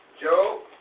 Joe